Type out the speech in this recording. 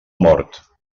mort